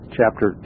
Chapter